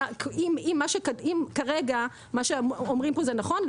אם כרגע מה שאומרים פה זה נכון,